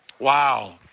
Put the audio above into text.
Wow